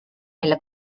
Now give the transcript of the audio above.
mille